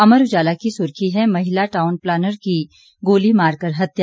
अमर उजाला की सुर्खी है महिला टाउन प्लानर की गोली मारकर हत्या